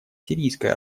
сирийской